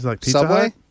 Subway